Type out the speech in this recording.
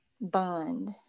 bond